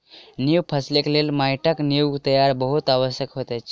नीक फसिलक लेल माइटक नीक तैयारी बहुत आवश्यक होइत अछि